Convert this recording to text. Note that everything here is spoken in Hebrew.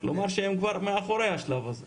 כלומר שהם כבר אחרי השלב הזה.